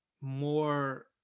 more